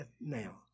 now